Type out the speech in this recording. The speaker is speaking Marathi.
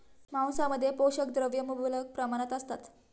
मांसामध्ये पोषक द्रव्ये मुबलक प्रमाणात असतात